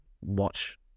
watch